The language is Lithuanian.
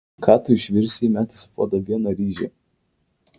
ką tu išvirsi įmetęs į puodą vieną ryžį